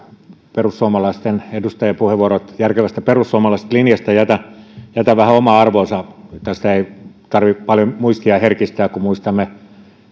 perussuomalaisten edustajapuheenvuorot järkevästä perussuomalaisesta linjasta jätän jätän vähän omaan arvoonsa tässä ei tarvitse paljon muistia herkistää kun muistamme